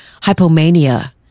hypomania